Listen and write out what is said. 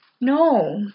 no